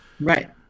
Right